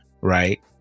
right